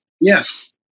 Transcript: Yes